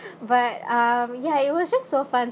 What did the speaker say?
but um ya it was just so fun